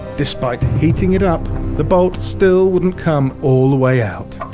despite heating it up the bolt still wouldn't come all the way out.